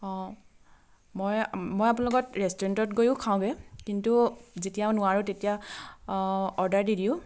অঁ মই মই আপোনালোকত ৰেষ্টুৰেণ্টত গৈয়ো খাওঁগৈ কিন্তু যেতিয়া নোৱাৰোঁ তেতিয়া অৰ্ডাৰ দি দিওঁ